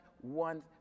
one